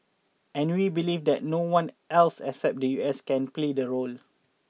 and we believe that no one else except the U S can play the role